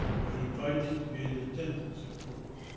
were invited to be in attendance at court.